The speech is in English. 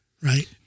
right